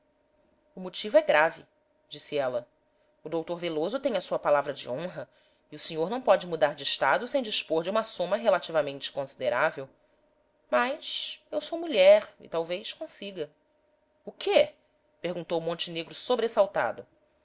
o motivo é grave disse ela o doutor veloso tem a sua palavra de honra e o senhor não pode mudar de estado sem dispor de uma soma relativamente considerável mas eu sou mulher e talvez consiga o quê perguntou montenegro